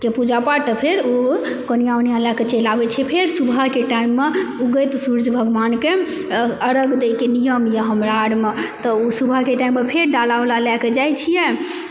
के पूजा पाठ फेर ओ कोनिया ओनिया लए कऽ चलि आबै छै फेर सुबहके टाइममे उगैत सूर्ज भगवानके अर्घ्य दैके नियम अछि हमरा आरमे तऽ सुबहके टाइममे फेर डाला उला लए कऽ जाइ छियै